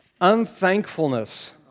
Unthankfulness